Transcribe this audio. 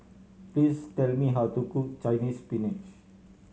please tell me how to cook Chinese Spinach